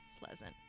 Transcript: pleasant